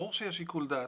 ברור שיש שיקול דעת.